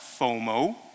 FOMO